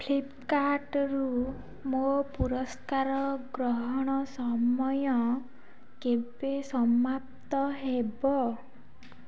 ଫ୍ଲିପ୍କାର୍ଟରୁ ମୋ ପୁରସ୍କାର ଗ୍ରହଣ ସମୟ କେବେ ସମାପ୍ତ ହେବ